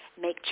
make